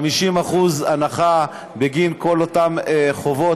50% הנחה בגין כל אותם חובות,